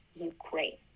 ukraine